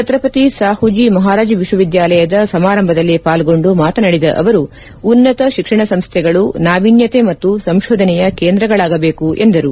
ಭತ್ರಪತಿ ಸಾಮಜಿ ಮಹಾರಾಜ್ ವಿಶ್ವವಿದ್ಯಾಲಯದ ಸಮಾರಂಭದಲ್ಲಿ ಪಾಲ್ಗೊಂಡು ಮಾತನಾಡಿದ ಅವರು ಉನ್ನತ ಶಿಕ್ಷಣ ಸಂಸ್ಥೆಗಳು ನಾವಿನ್ಯತೆ ಮತ್ತು ಸಂಶೋಧನೆಯ ಕೇಂದ್ರಗಳಾಗಬೇಕು ಎಂದರು